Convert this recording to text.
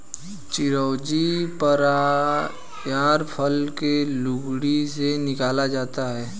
चिरौंजी पयार फल के गुठली से निकाला जाता है